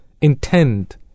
intend